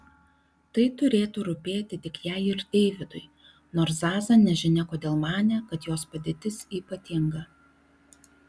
tai turėtų rūpėti tik jai ir deividui nors zaza nežinia kodėl manė kad jos padėtis ypatinga